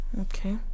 okay